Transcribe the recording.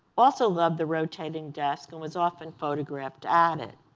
also loved the rotating desk and was often photographed at it.